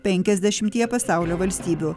penkiasdešimtyje pasaulio valstybių